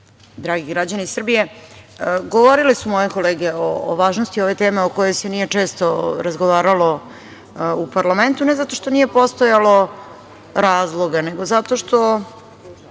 dragi građani Srbije, govorili su moje kolege o važnosti ove teme o kojoj se nije često razgovaralo u parlamentu, ne zato što nije postojalo razloga, nego zato što